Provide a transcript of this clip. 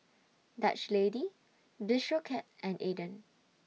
Dutch Lady Bistro Cat and Aden